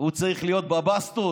הוא צריך להיות בבסטות,